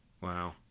Wow